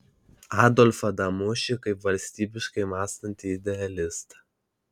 adolfą damušį kaip valstybiškai mąstantį idealistą